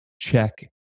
check